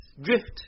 drift